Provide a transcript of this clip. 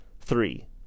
Three